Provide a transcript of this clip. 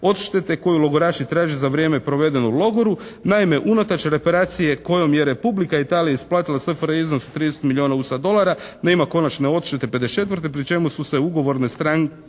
odštete koju logoraši traže za vrijeme provedeno u logoru. Naime unatoč reparacije kojom je Republika Italija isplatila SFRJ iznos od 30 milijuna USA dolara na ime konačne odštete pedeset i četvrte pri ćemu su se ugovorne stranke